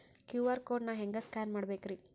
QR code ನಾ ಹೆಂಗ scan ಮಾಡಬೇಕ್ರಿ?